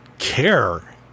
care